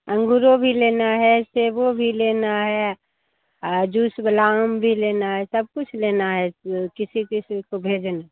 अंगूर भी लेना है सेब भी लेना है आ जूस वाला आम भी लेना है सब कुछ लेना है किसी किसी को भेजें